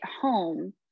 home